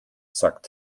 sagt